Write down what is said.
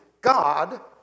God